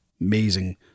amazing